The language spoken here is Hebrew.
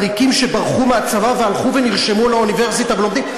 עריקים שברחו מהצבא והלכו ונרשמו לאוניברסיטה ולומדים?